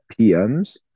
PMs